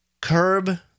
curb